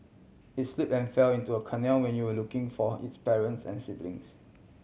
it slip and fell into a canal when you will looking for its parents and siblings